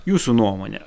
jūsų nuomone